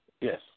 Yes